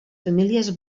famílies